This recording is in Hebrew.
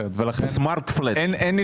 אליו ולהחליט אם לקבל או לא לקבל אותו.